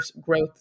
growth